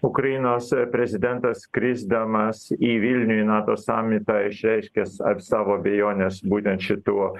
ukrainos prezidentas skrisdamas į vilnių į nato samitą išreiškęs a savo abejones būtent šituo